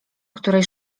której